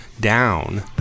down